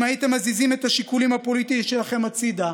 אם תזיזו את השיקולים הפוליטיים שלכם הצידה,